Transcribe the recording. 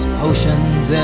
potions